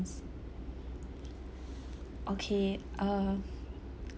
okay uh